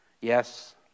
Yes